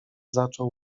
zaczął